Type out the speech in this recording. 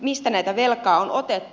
mistä tätä velkaa on otettu